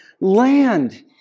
land